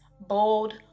bold